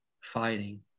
fighting